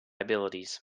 abilities